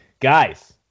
Guys